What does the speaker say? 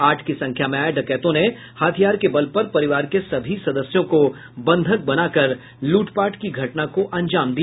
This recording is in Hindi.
आठ की संख्या में आये डकैतों ने हथियार के बल पर परिवार के सभी सदस्यों को बंधक बनाकर लूट पाट की घटना को अंजाम दिया